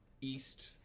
east